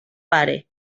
pare